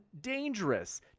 Dangerous